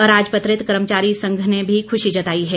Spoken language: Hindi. अराजपत्रित कर्मचारी संघ ने भी खुशी जताई है